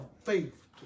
faith